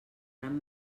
gran